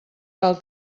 val